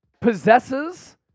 possesses